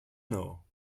know